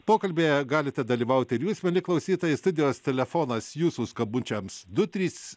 pokalbyje galite dalyvauti ir jūs mieli klausytojai studijos telefonas jūsų skambučiams du trys